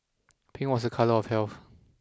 pink was a colour of health